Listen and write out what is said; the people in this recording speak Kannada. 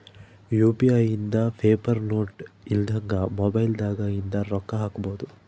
ಯು.ಪಿ.ಐ ಇಂದ ಪೇಪರ್ ನೋಟ್ ಇಲ್ದಂಗ ಮೊಬೈಲ್ ದಾಗ ಇಂದ ರೊಕ್ಕ ಹಕ್ಬೊದು